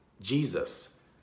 Jesus